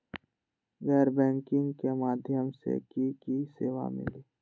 गैर बैंकिंग के माध्यम से की की सेवा मिली?